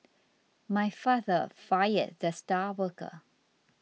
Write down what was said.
my father fired the star worker